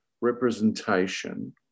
representation